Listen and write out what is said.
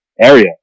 area